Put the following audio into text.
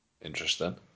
Interesting